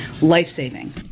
life-saving